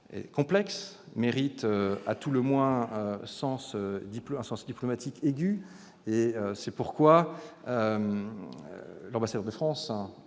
complexe, mérite à tout le moins un sens diplomatique aigu. C'est pourquoi l'ambassadeur de France